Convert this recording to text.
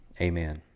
Amen